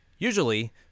Usually